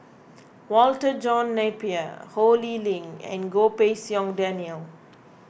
Walter John Napier Ho Lee Ling and Goh Pei Siong Daniel